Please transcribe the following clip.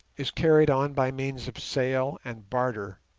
is carried on by means of sale and barter,